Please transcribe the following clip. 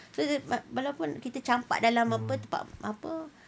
kita kita walaupun kita campak dalam tempat apa